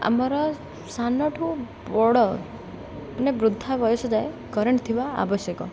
ଆମର ସାନ ଠୁ ବଡ଼ ମାନେ ବୃଦ୍ଧା ବୟସ ଯାଏ କରେଣ୍ଟ୍ ଥିବା ଆବଶ୍ୟକ